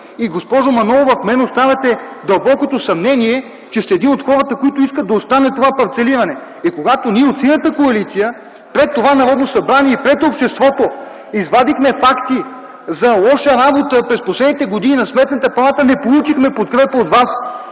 Госпожо Манолова, в мен оставяте дълбокото съмнение, че сте един от хората, които искат да остане това парцелиране. Когато ние от Синята коалиция пред това Народно събрание и пред обществото извадихме факти за лоша работа през последните години на Сметната палата, не получихме подкрепа от вас.